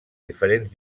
diferents